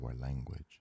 language